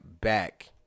back